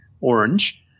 orange